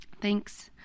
thanks